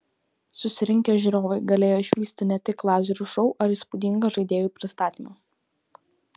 susirinkę žiūrovai galėjo išvysti ne tik lazerių šou ar įspūdingą žaidėjų pristatymą